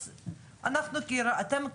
אז אתם,